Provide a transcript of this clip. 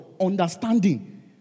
understanding